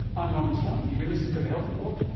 i'm norman swan, you've been listening to the health report,